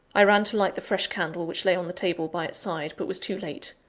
i ran to light the fresh candle which lay on the table by its side, but was too late.